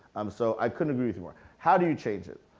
um so i couldn't agree with you more. how do you change it?